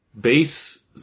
base